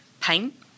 Paint